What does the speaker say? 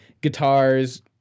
guitars